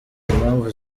impamvu